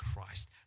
Christ